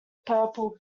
purple